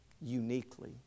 uniquely